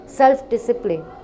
self-discipline